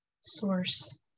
source